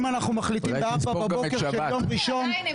אם אנחנו מחליטים ב-04:00 שאת יום ראשון --- עדיין,